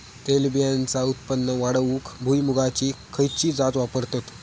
तेलबियांचा उत्पन्न वाढवूक भुईमूगाची खयची जात वापरतत?